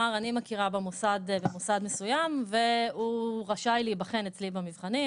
אני מכירה במוסד מסוים והוא רשאי להיבחן אצלי במבחנים,